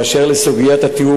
2. באשר לסוגיית התיאום,